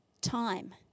time